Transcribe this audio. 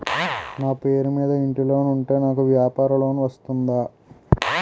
నా పేరు మీద ఇంటి లోన్ ఉంటే నాకు వ్యాపార లోన్ వస్తుందా?